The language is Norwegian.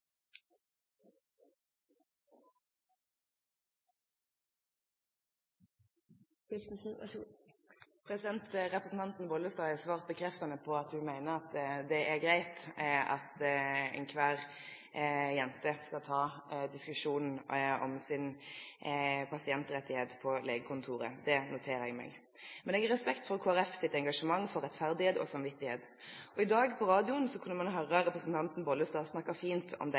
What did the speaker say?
svart bekreftende på at hun mener det er greit at enhver jente skal ta diskusjonen om sin pasientrettighet på legekontoret. Det noterer jeg meg. Men jeg har respekt for Kristelig Folkepartis engasjement for rettferdighet og samvittighet. På radioen i dag kunne man høre representanten Bollestad snakke fint om de prinsippene. Men ut fra hvordan denne ordningen er lagt opp, må jeg spørre representanten: Synes hun det